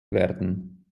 werden